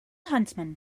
huntsman